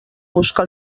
busca